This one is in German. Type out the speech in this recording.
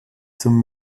zum